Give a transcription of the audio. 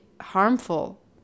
harmful